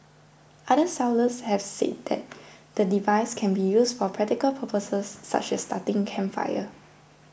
other sellers have said the device can be used for practical purposes such as starting campfires